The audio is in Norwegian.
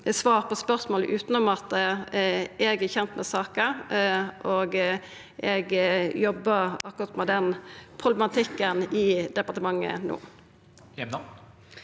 svar på spørsmålet enn at eg er kjend med saka, og eg jobbar akkurat no med denne problematikken i departementet.